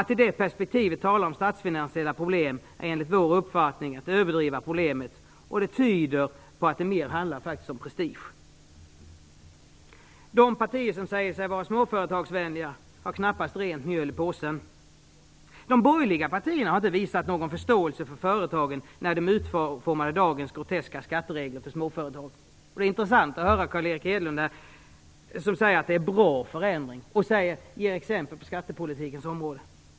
Att i det perspektivet tala om statsfinansiella problem är enligt vår uppfattning att överdriva problemet, och det tyder på att det handlar mer om prestige. De partier som säger sig vara småföretagsvänliga har knappast rent mjöl i påsen. De borgerliga partierna visade inte någon förståelse för företagen när de utformade dagens groteska skatteregler för småföretag. Det är intressant att höra Carl Erik Hedlund tala om bra förändringar och sedan ge exempel från skattepolitikens område.